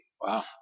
Wow